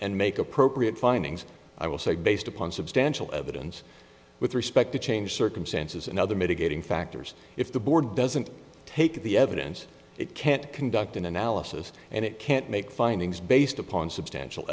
and make appropriate findings i will say based upon substantial evidence with respect to change circumstances and other mitigating factors if the board doesn't take the evidence it can't conduct an analysis and it can't make findings based upon substantial